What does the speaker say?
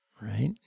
right